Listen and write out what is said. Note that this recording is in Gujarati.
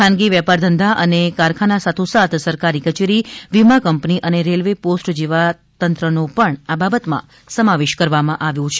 ખાનગી વેપાર ધંધા અને કારખાના સાથોસાથ સરકારી કચેરી વીમા કંપની અને રેલ્વે પોસ્ટ તેવા તંત્ર નો પણ આ બાબતમા સમાવેશ કરવામાં આવ્યો છે